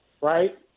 right